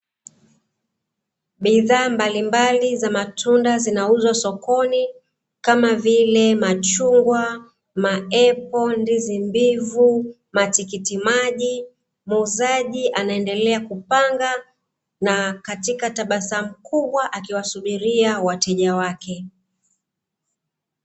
Bidhaa mbalimbali za matunda zinauzwa sokoni, kama vile: machungwa, maepo, ndizi mbivu, matikitimaji. Muuzaji anaendelea kupanga na katika tabasamu kubwa akiwasubiria wateja wake.